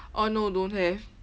oh no don't have